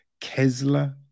Kesler